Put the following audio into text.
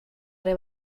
haré